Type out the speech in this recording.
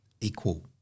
equal